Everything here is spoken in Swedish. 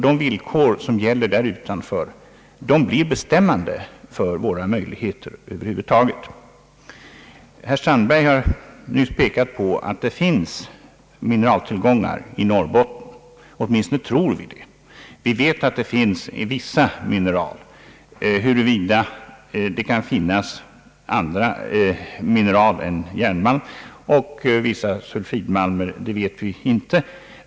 De villkor som gäller därute blir bestämmande för våra möjligheter över huvud taget. Herr Strandberg har nyss pekat på att det finns mineraltillgångar i Norrbotten. Åtminstone tror vi det. Vi vet att det finns vissa mineral — huruvida det kan finnas andra mineral än järnmalm och vissa sulfitmalmer vet vi inte.